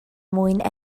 mwyn